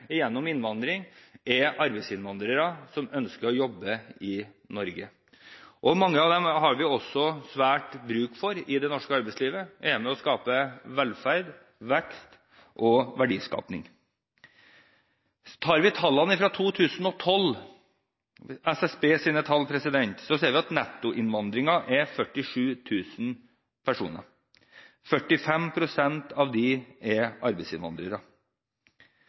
Mange av dem har vi også svært god bruk for i det norske arbeidslivet. De er med og skaper velferd, vekst og verdier. Tar vi for oss SSBs tall fra 2012, ser vi at nettoinnvandringen utgjør 47 000 personer. 45 pst. av dem er arbeidsinnvandrere.